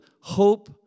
hope